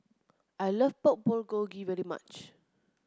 I like Pork Bulgogi very much